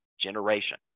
generation